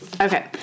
Okay